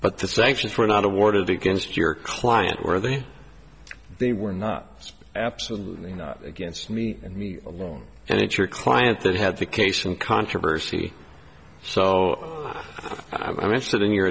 but the sanctions were not awarded against your client or that they were not absolutely against me and me alone and it's your client that had the case in controversy so i'm interested in your